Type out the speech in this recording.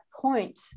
point